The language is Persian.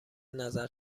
نظر